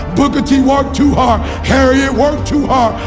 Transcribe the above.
booker t worked too hard harriett worked too